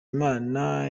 imana